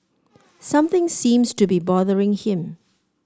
something seems to be bothering him